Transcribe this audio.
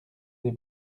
des